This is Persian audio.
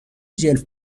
جلف